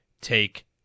take